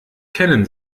kennen